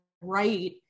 right